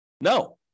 No